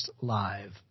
Live